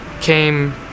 came